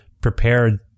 prepared